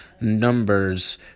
Numbers